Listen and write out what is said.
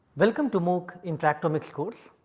welcome to mooc intractomics course.